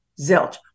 Zilch